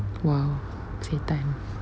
!wah! setan